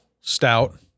Stout